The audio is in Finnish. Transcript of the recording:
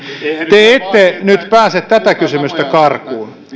te ette pääse tätä kysymystä karkuun